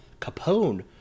Capone